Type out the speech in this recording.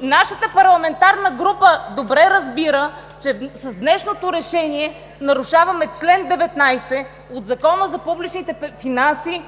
нашата парламентарна група добре разбира, че с днешното решение нарушаваме чл. 19 от Закона за публичните финанси,